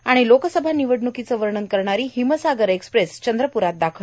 आणि लोकसभा निवडण्कींचं वर्णन करणारी हिमसागर एक्सप्रेस चंद्रप्रात दाखल